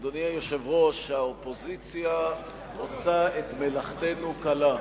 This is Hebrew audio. אדוני היושב-ראש, האופוזיציה עושה את מלאכתנו קלה.